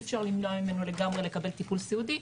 אי אפשר למנוע ממנו לגמרי לקבל טיפול סיעודי,